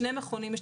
שני מכונים,